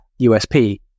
USP